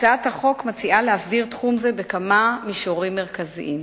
הצעת החוק מציעה להסדיר תחום זה בכמה מישורים מרכזיים.